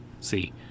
See